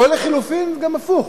או לחלופין, גם הפוך,